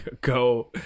Go